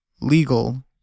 legal